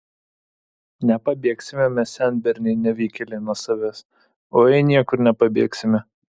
nepabėgsime mes senberniai nevykėliai nuo savęs oi niekur nepabėgsime